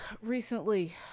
recently